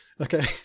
Okay